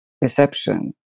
deception